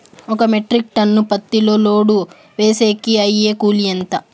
ఒక metric ton పత్తిని load వేసేకి అయ్యే కూలి ఎంత?